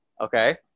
okay